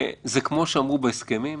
זה כמו שאמרו בהסכמים,